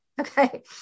Okay